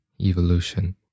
evolution